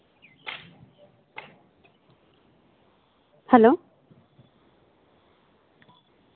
hello